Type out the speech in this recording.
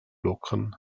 locken